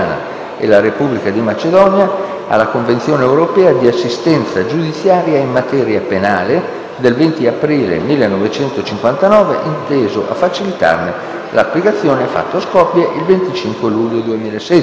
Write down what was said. e la Repubblica di Macedonia alla Convenzione europea di assistenza giudiziaria in materia penale del 20 aprile 1959 inteso a facilitarne l'applicazione, fatto a Skopje il 25 luglio 2016***